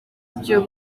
ibyo